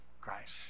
Christ